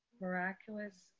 miraculous